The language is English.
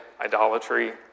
idolatry